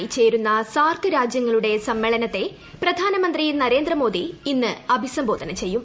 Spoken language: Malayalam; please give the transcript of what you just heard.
കൊറോണ ചേരുന്ന സാർക്ക് രാജ്യങ്ങളുടെ സമ്മേളനത്തെ പ്രധാനമന്ത്രി നരേന്ദ്രമോദി ഇന്ന് അഭിസംബോധന ചെയ്യും